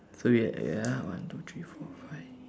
so wait ah yeah one two three four five